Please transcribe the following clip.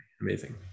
amazing